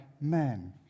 men